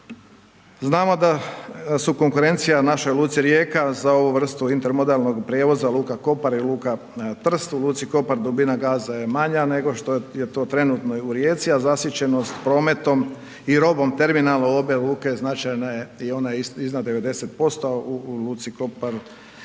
Znamo da su konkurencija našoj luci Rijeka za ovu vrstu intermodelnog prijevoza, luka Kopar i luka Trst. U luci Kopar dubina gaza je manja nego što je to trenutno u Rijeci, a zasićenost prometom i robom terminal obje luke značajne i one iznad 90%, u luci Kopar